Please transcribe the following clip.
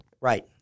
Right